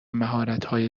مهارتهای